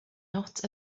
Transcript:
not